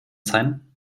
sein